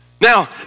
Now